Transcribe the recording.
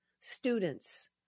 students